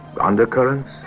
Undercurrents